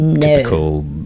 typical